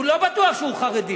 הוא לא בטוח שהוא חרדי.